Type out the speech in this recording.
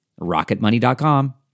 RocketMoney.com